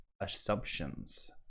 assumptions